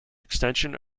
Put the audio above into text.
extension